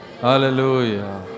Hallelujah